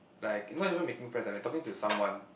like you're not even making friends eh when talking to someone